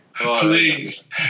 please